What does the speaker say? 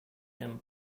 them